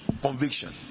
conviction